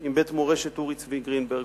עם בית מורשת אורי צבי גרינברג,